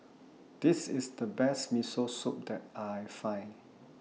This IS The Best Miso Soup that I Find